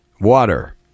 water